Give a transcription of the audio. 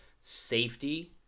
safety